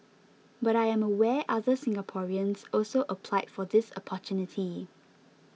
but I am aware other Singaporeans also applied for this opportunity